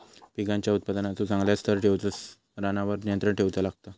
पिकांच्या उत्पादनाचो चांगल्या स्तर ठेऊक रानावर नियंत्रण ठेऊचा लागता